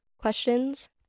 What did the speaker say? questions